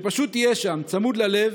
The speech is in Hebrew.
שפשוט תהיה שם, צמוד ללב,